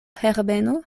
herbeno